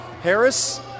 Harris